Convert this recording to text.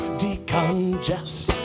decongest